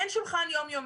אין שולחן יום-יומי.